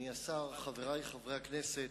אדוני השר, חברי חברי הכנסת,